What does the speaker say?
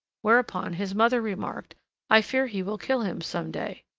whereupon his mother remarked i fear he will kill him some day.